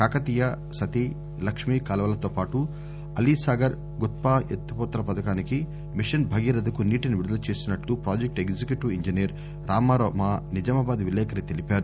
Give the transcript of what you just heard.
కాకతీయ సతీ లక్ష్మీ కాల్వలతో పాటు అలీసాగర్ గుత్పా ఎత్తిపోతల పథకానికి మిషన్ భగీరథకు నీటిని విడుదల చేస్తున్నట్ల ప్రాజెక్టు ఎగ్జిక్యూటివ్ ఇంజనీర్ రామారావు మా నిజామాబాద్ విలేకరికి తెలిపారు